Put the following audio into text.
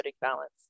balance